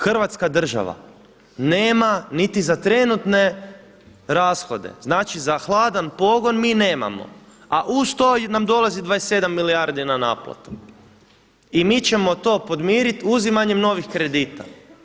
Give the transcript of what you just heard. Hrvatska država nema niti za trenutne rashode, znači za hladan pogon mi nemamo, a uz to nam dolazi 27 milijardi na naplatu i mi ćemo to podmiriti uzimanjem novih kredita.